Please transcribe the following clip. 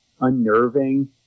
unnerving